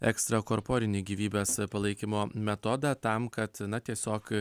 ekstrakorporinį gyvybės palaikymo metodą tam kad na tiesiog